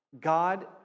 God